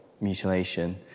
mutilation